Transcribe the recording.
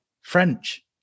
FRENCH